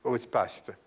it's passed.